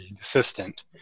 assistant